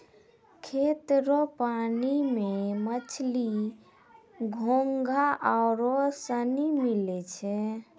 खेत रो पानी मे मछली, घोंघा आरु सनी मिलै छै